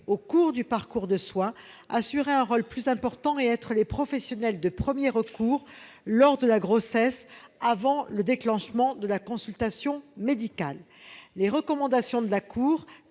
au cours du parcours de soins, assurer un rôle plus important et être les professionnels de premier recours lors de la grossesse, avant le déclenchement de la consultation médicale. Les recommandations de la Cour